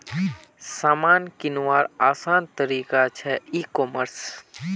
सामान किंवार आसान तरिका छे ई कॉमर्स